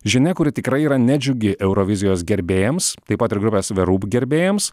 žinia kuri tikrai yra nedžiugi eurovizijos gerbėjams taip pat ir grupės the roop gerbėjams